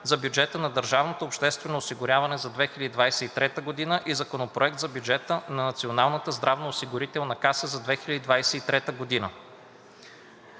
за бюджета на държавното обществено осигуряване за 2023 г. и Законопроект за бюджета на Националната здравноосигурителна каса за 2023 г.